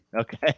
Okay